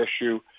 issue